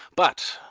but,